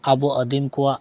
ᱟᱵᱚ ᱟᱹᱫᱤᱢ ᱠᱚᱣᱟᱜ